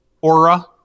Aura